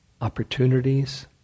opportunities